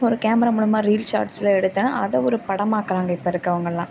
ஒரு கேமரா மூலமாக ரீல் ஷாட்ஸ்லாம் எடுத்தேன் அதை படமாக்கிறாங்க இப்போ இருக்கிறவங்களாம்